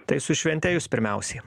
tai su švente jus pirmiausiai